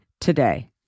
today